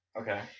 Okay